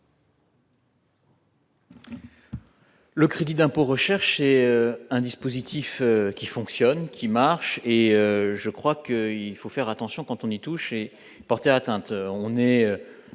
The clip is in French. Le crédit d'impôt recherche un dispositif qui fonctionne, qui marche et je crois qu'il faut faire attention quand on y touche, porter atteinte,